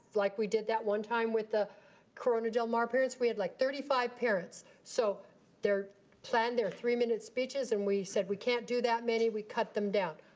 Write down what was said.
like we did that one time, with the corona del mar parents. we had like thirty five parents. so they planned their three minute speeches and we said, we can't do that many. we cut them down.